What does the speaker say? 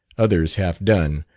others half done,